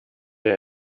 der